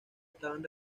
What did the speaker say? estaban